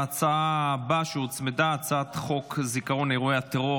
ההצעה הבאה שהוצמדה היא הצעת חוק זיכרון אירועי הטרור